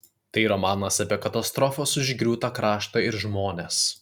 tai romanas apie katastrofos užgriūtą kraštą ir žmones